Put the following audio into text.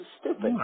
stupid